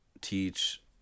teach